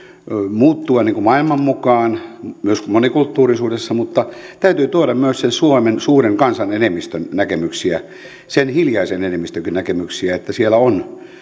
muuttua maailman mukaan myös monikulttuurisuudessa mutta täytyy tuoda myös suomen suuren kansan enemmistön näkemyksiä sen hiljaisen enemmistön näkemyksiä että siellä on